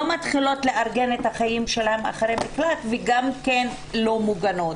לא מתחילות לארגן את החיים שלהן אחרי מקלט וגם לא מוגנות.